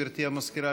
גברתי המזכירה,